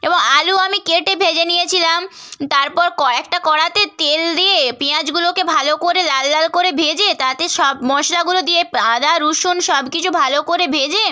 এবং আলু আমি কেটে ভেজে নিয়েছিলাম তারপর কয়েকটা কড়াতে তেল দিয়ে পেঁয়াজগুলোকে ভালো করে লাল লাল করে ভেজে তাতে সব মশলাগুলো দিয়ে আদা রসুন সব কিছু ভালো করে ভেজে